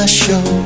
show